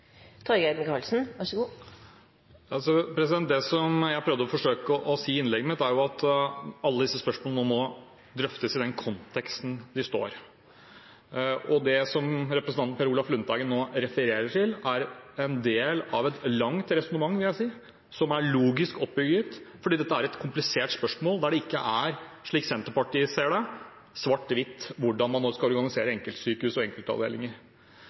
Det som jeg forsøkte å si i innlegget mitt, er at alle disse spørsmålene må drøftes i den konteksten de står. Det som representanten Per Olaf Lundteigen nå refererer til, er en del av et langt resonnement, vil jeg si, som er logisk oppbygd. Dette er et komplisert spørsmål, der det ikke er, slik Senterpartiet ser det, svart-hvitt hvordan man skal organisere enkeltsykehus og enkeltavdelinger.